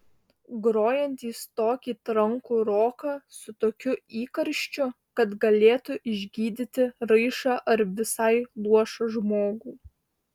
grojantys tokį trankų roką su tokiu įkarščiu kad galėtų išgydyti raišą ar visai luošą žmogų